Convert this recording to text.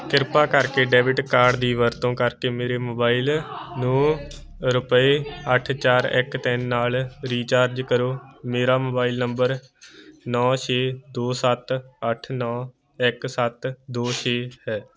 ਕਿਰਪਾ ਕਰਕੇ debit card ਦੀ ਵਰਤੋਂ ਕਰਕੇ ਮੇਰੇ ਮੋਬਾਈਲ ਨੂੰ ਰੁਪਏ ਅੱਠ ਚਾਰ ਇੱਕ ਤਿੰਨ ਨਾਲ ਰੀਚਾਰਜ ਕਰੋ ਮੇਰਾ ਮੋਬਾਈਲ ਨੰਬਰ ਨੌਂ ਛੇ ਦੋ ਸੱਤ ਅੱਠ ਨੌਂ ਇੱਕ ਸੱਤ ਦੋ ਛੇ ਹੈ